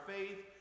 faith